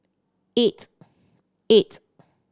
eight eight